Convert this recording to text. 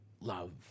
love